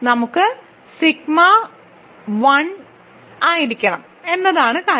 നമുക്ക് സിഗ്മ 1 1 ആയിരിക്കണം എന്നതാണ് കാര്യം